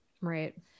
right